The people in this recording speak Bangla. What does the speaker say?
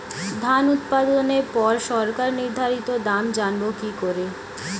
ধান উৎপাদনে পর সরকার নির্ধারিত দাম জানবো কি করে?